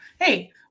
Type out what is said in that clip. Hey